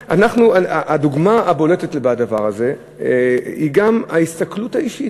הדוגמה הבולטת בדבר הזה היא גם ההסתכלות האישית.